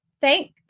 thank